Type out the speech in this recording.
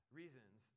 reasons